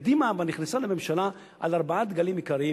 אבל קדימה נכנסה לממשלה על ארבעה דגלים עיקריים,